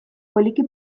poliki